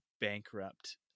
bankrupt